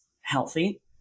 healthy